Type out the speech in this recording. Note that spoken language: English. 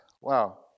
Wow